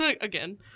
again